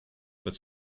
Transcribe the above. but